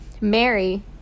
Mary